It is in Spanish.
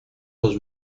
dos